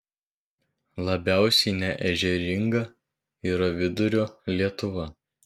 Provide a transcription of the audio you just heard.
labiausiai neežeringa yra vidurio lietuva